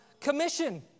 commission